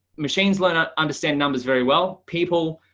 machines learners understand numbers very well, people,